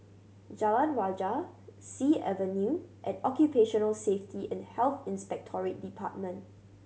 Jalan Rajah Sea Avenue and Occupational Safety and Health Inspectorate Department